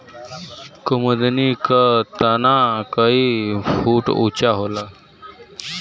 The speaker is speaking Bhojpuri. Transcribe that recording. कुमुदनी क तना कई फुट ऊँचा होला